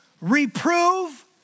Reprove